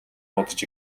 бодож